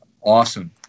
awesome